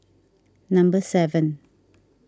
number seven